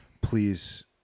please